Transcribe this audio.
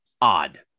odd